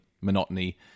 monotony